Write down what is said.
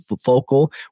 focal